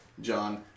John